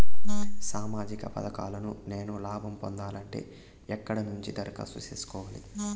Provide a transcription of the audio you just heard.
సామాజిక పథకాలను నేను లాభం పొందాలంటే ఎక్కడ నుంచి దరఖాస్తు సేసుకోవాలి?